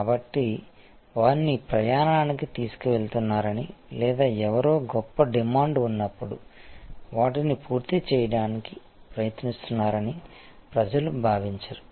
కాబట్టి మీరు వారిని ప్రయాణానికి తీసుకువెళుతున్నారని లేదా ఎవరో గొప్ప డిమాండ్ ఉన్నప్పుడు వాటిని పూర్తి చేయడానికి ప్రయత్నిస్తున్నారని ప్రజలు భావించరు